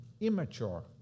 immature